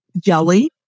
jelly